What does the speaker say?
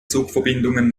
zugverbindungen